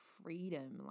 freedom